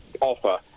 offer